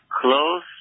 close